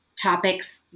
topics